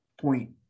point